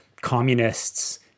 communists